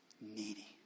needy